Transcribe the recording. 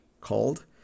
called